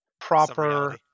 proper